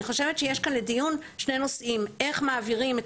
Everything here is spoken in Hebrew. אני חושבת שיש כאן לדיון שני נושאים: איך מעבירים את